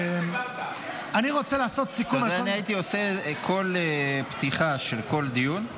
אני הייתי עושה בכל פתיחה של כל דיון,